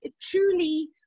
truly